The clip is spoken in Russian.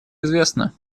известно